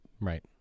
Right